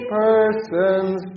persons